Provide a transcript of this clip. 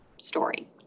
story